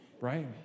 right